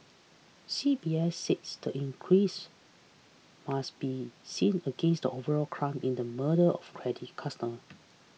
C B S said the increase must be seen against the overall climb in the murder of credit customer